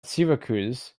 syracuse